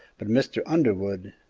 but mr. underwood,